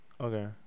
Okay